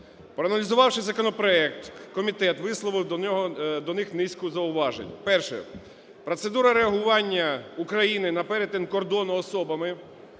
Проаналізувавши законопроект, комітет висловив до нього… до них низку зауважень. Перше. Процедура реагування України на перетин кордону особами,